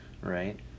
right